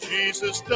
Jesus